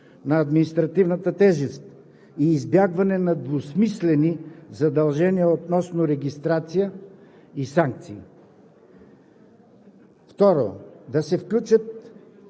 на административната тежест и избягване на двусмислени задължения относно регистрация и санкции. Второ, да се включат